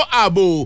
abu